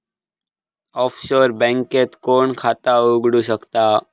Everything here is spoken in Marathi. ऑफशोर बँकेत कोण खाता उघडु शकता?